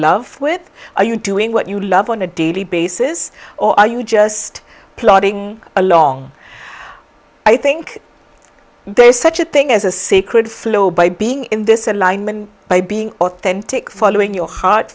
love with are you doing what you love on a daily basis or are you just plodding along i think there is such a thing as a sacred flow by being in this alignment by being authentic following your heart